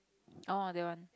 orh that one